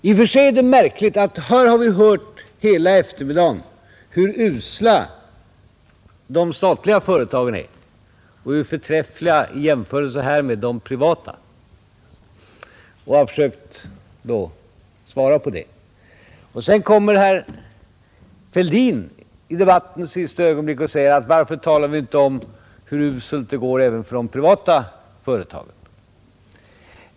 I och för sig är det märkligt att här har vi hela eftermiddagen hört hur usla de statliga företagen är och hur i jämförelse med dem förträffliga de privata är. Jag har försökt svara på det. Sedan kommer herr Fälldin i debattens sista ögonblick och säger: Varför talar ni inte om hur uselt det går även för de privata företagen?